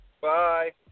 Bye